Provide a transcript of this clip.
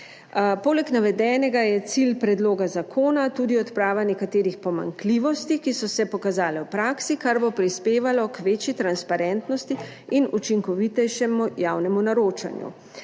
Poleg navedenega je cilj predloga zakona tudi odprava nekaterih pomanjkljivosti, ki so se pokazale v praksi, kar bo prispevalo k večji transparentnosti in učinkovitejšemu javnemu naročanju.